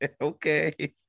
Okay